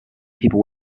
people